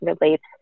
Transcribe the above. relates